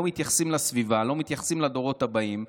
לא מתייחסים לסביבה, לא מתייחסים לדורות הבאים.